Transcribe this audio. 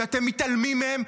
שאתם מתעלמים מהם,